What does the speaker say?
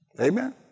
Amen